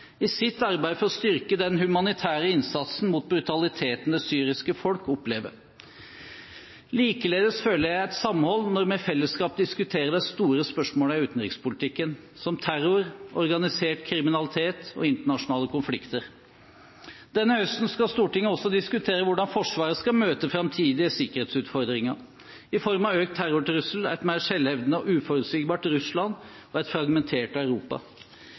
i sitt arbeid for å styrke den humanitære innsatsen mot brutaliteten det syriske folk opplever. Likeledes føler jeg et samhold når vi i fellesskap diskuterer de store spørsmålene i utenrikspolitikken, som terror, organisert kriminalitet og internasjonale konflikter. Denne høsten skal Stortinget også diskutere hvordan Forsvaret skal møte framtidige sikkerhetsutfordringer i form av økt terrortrussel, et mer selvhevdende og uforutsigbart Russland og et fragmentert Europa.